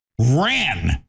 ran